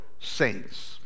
saints